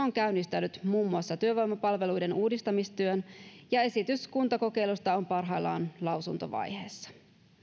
on käynnistänyt muun muassa työvoimapalveluiden uudistamistyön ja esitys kuntakokeilusta on parhaillaan lausuntovaiheessa